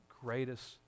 greatest